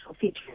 feature